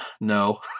No